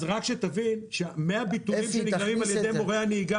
אז רק שתבין ש-100 ביטולים שנקראים על ידי מורי הנהיגה